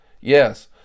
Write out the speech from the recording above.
Yes